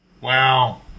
Wow